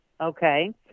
Okay